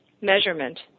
measurement